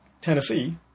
Tennessee